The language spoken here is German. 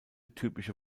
typische